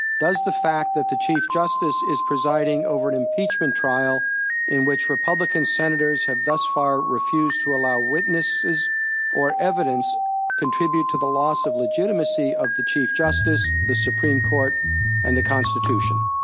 does the fact that the chief justice is presiding over an impeachment trial in which republican senators have thus far refused to allow witnesses or evidence contribute to the loss of legitimacy of the chief justice, the supreme court and the constitution?